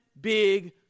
big